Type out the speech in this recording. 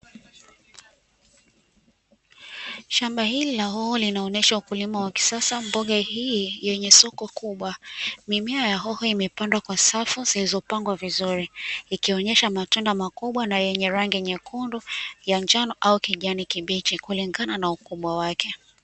Shamba hili la hoho linaonyesha ukulima wa kisasa, mboga hii yenye soko kubwa, mimea ya hoho imepandwa kwa safu zilizopangwa vizuri ikionyesha matunda makubwa na yenye rangi nyekundu, ya njano au kijani kulingana na ukubwa wake.